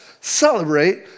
celebrate